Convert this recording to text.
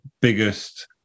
biggest